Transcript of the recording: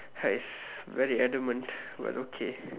!hais! very adamant but okay